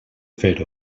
fer